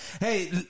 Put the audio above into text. Hey